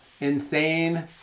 insane